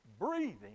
breathing